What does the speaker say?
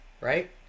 right